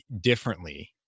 differently